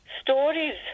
stories